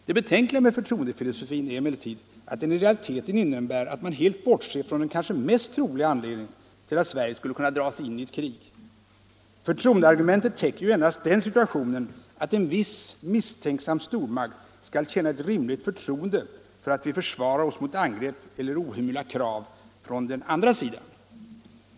Det betänkliga med förtroendefilosofin är emellertid att den i realiteten innebär att man bortser från den kanske mest troliga anledningen till att Sverige skulle kunna dras in i ett krig. Förtroendeargumentet täcker ju endast den situationen att en viss misstänksam stormakt skall känna ett rimligt förtroende för att vi försvarar oss mot angrepp eller ohemula krav från den andra sidan.